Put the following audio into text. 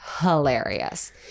hilarious